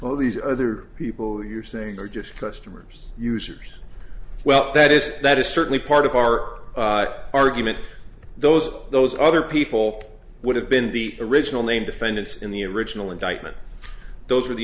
oh these other people you're saying are just customers users well that is that is certainly part of our argument those those other people would have been the original name defendants in the original indictment those are the